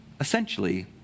Essentially